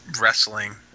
wrestling